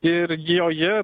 ir joje